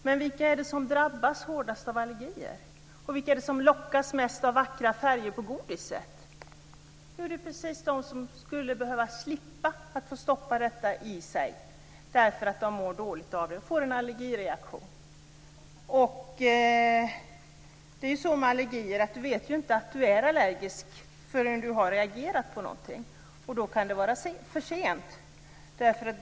Men vilka är det som drabbas hårdast av allergier? Och vilka är det som lockas mest av vackra färger på godis? Jo, det är de som skulle behöva slippa att få i sig det, därför att de mår dåligt av det och får en allergireaktion. Det är ju så med allergier att man vet inte att man är allergisk förrän man har reagerat på någonting, och då kan det vara försent.